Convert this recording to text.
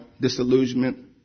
disillusionment